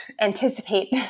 anticipate